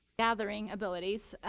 gathering abilities.